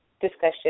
discussion